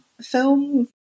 film